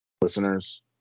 listeners